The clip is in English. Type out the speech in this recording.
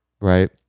right